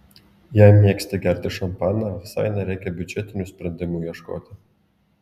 jei mėgsti gerti šampaną visai nereikia biudžetinių sprendimų ieškoti